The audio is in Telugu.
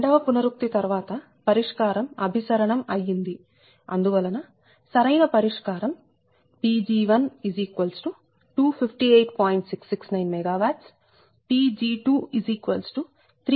రెండవ పునరుక్తి తర్వాత పరిష్కారం అభిసరణం అయ్యింది అందువలన సరైన పరిష్కారం Pg1258